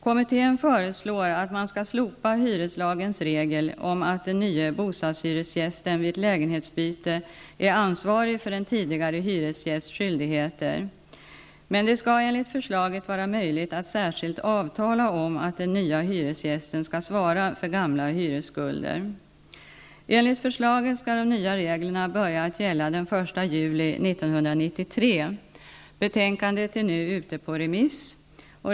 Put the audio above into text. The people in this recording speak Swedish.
Kommittén föreslår att man skall slopa hyreslagens regel om att den nye bostadshyresgästen vid ett lägenhetsbyte är ansvarig för en tidigare hyresgästs skyldigheter. Det skall dock enligt förslaget vara möjligt att särskilt avtala om att den nye hyresgästen skall svara för gamla hyresskulder. Enligt förslaget skall de nya reglerna börja att gälla den 1 juli 1993. Betänkandet är nu ute på remiss.